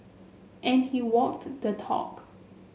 and he walked the talk